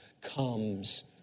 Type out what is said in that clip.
comes